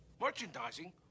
Merchandising